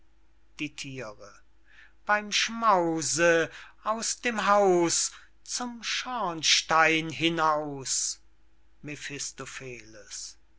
die thiere beym schmause aus dem haus zum schornstein hinaus